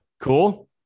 Cool